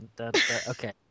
Okay